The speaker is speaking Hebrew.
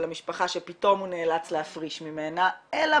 המשפחה שפתאום הוא נאלץ להפריש ממנה אלא